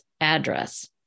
address